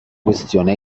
questione